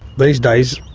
these days,